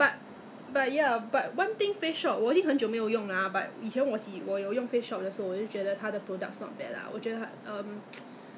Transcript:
the you know when you apply to your face ah 他有一点点一粒一粒东西跑出来 ah 那个真的是那个 dead skin 吗你的 dead face 的 dead skin 还是他的 got ingredient